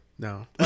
No